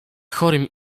chorym